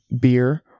beer